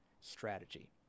strategy